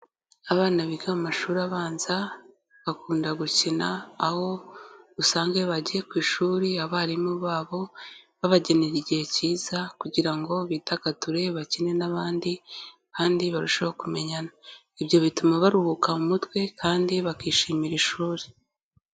Abana biga mu mashuri abanza, bakunda gukina, aho usanga iyo bagiye ku ishuri abarimu babo, babagenera igihe cyiza kugira ngo bidagadure, bakine n'abandi kandi barusheho kumenyana. Ibyo bituma baruhuka mu mutwe kandi bakishimira ishuri.